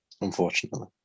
Unfortunately